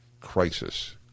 crisis